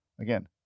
Again